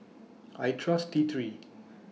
I Trust T three